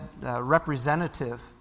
representative